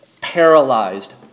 paralyzed